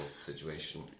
situation